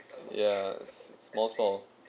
ya small small